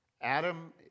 Adam